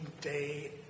day